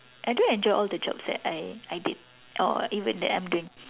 I do enjoy all the jobs that I I did or even that I'm doing